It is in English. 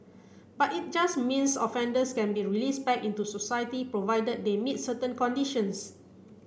but it just means offenders can be released back into society provided they meet certain conditions